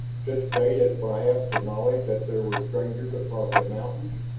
such bait as perhaps the knowledge that there were strangers across the mountains?